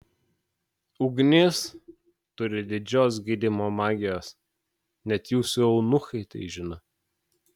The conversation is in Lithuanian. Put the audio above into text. ugnis turi didžios gydymo magijos net jūsų eunuchai tai žino